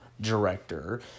director